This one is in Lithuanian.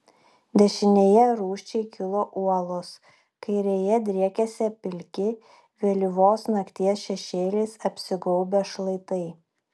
dešinėje rūsčiai kilo uolos kairėje driekėsi pilki vėlyvos nakties šešėliais apsigaubę šlaitai